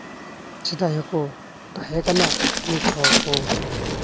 ᱥᱮᱫᱟᱭ ᱦᱚᱸᱠᱚ ᱛᱟᱦᱮᱸ ᱠᱟᱱᱟ ᱱᱤᱛ ᱦᱚᱸᱠᱚ